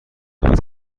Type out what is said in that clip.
دعوت